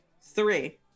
three